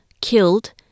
killed